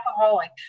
alcoholic